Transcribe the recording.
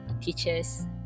teachers